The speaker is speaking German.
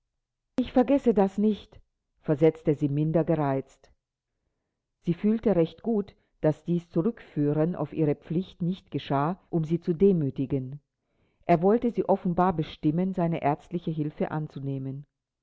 ich vergesse das nicht versetzte sie minder gereizt sie fühlte recht gut daß dies zurückführen auf ihre pflicht nicht geschah um sie zu demütigen er wollte sie offenbar bestimmen seine ärztliche hilfe anzunehmen